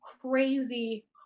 crazy